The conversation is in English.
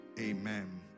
Amen